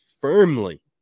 firmly